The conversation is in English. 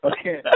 Okay